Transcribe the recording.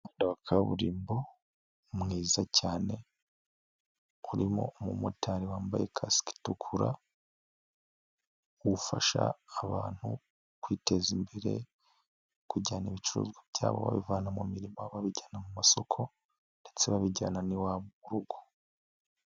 Umuhanda wa kaburimbo mwiza cyane urimo umumotari wambaye kasike itukura, ufasha abantu kwiteza imbere kujyana ibicuruzwa byabo babivana mu mirima babijyana mu masoko, ndetse babijyana n'iwabo mu rugo.